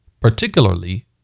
particularly